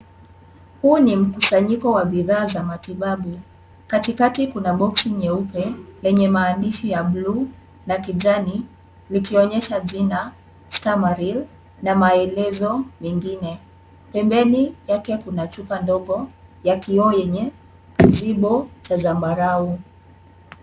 Huu ni mkusanyiko wa bidhaa za matibabu. Katikati kuna boksi nyeupe lenye maandishi ya blue na kijani likionyesha jina stamaril na maelezo mengine. Pembeni yake kuna chupa ndogo ya kioo yenye kizibo cha zambarau.